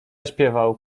śpiewał